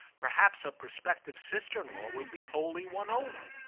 perhaps her prospective sister-in-law would be wholly won over.